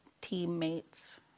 teammates